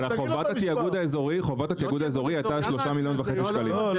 על חובת התיאגוד האזורי הייתה 3.5 מיליון שקלים.